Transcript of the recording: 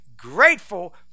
Grateful